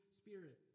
spirit